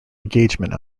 engagement